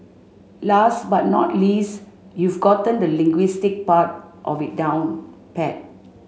last but not least you've gotten the linguistics part of it down pat